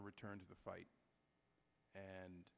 to return to the fight and